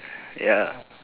ya